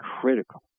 critical